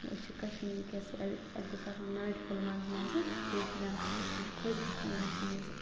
أسۍ چھِ کشمیٖرٕکۍ کیٛازِکہِ اَسہِ گوٚژھ آسُن ناٹہ پھوٚل منٛزٕ منٛزٕ کٲشرٮ۪ن مےٚ چھِ خۄش گژھان یِم چیٖز